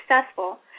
successful